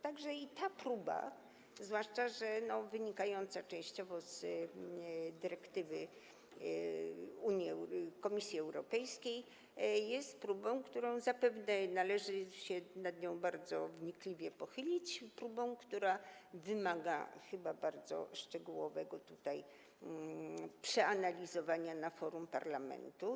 Także ta próba, zwłaszcza że wynikająca częściowo z dyrektywy Komisji Europejskiej, jest próbą, nad którą zapewne należy się bardzo wnikliwie pochylić, próbą, która wymaga chyba bardzo szczegółowego przeanalizowania na forum parlamentu.